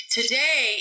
Today